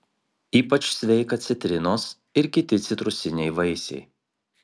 ypač sveika citrinos ir kiti citrusiniai vaisiai